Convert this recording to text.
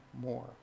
more